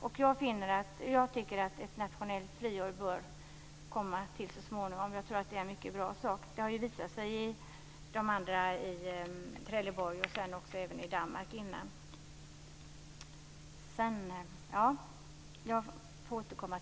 Ett nationellt friår tycker jag bör komma till stånd så småningom. Jag tror att det är en mycket bra sak. I Trelleborg, och dessförinnan i Danmark, har det ju visat sig vara så.